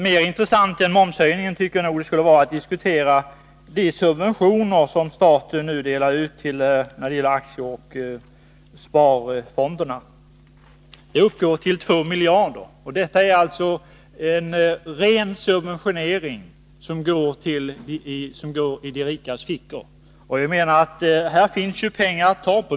Mer intressant än momshöjningen tycker jag nog det skulle vara att diskutera de subventioner som staten nu delar ut till dem som deltar i aktiefondssparandet — 2 miljarder i ren subventionering går i de rikas fickor. Här finns pengar att ta.